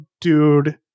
dude